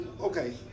Okay